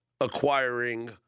acquiring